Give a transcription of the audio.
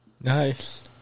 Nice